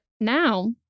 Now